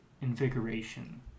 invigoration